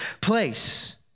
place